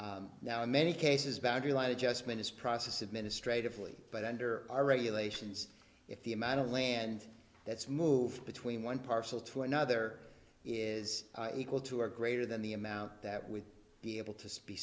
acres now in many cases boundary line adjustment is process administratively but under our regulations if the amount of land that's moved between one parcel to another is equal to or greater than the amount that would be able to speak